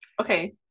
okay